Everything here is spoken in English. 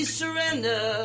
surrender